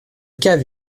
cave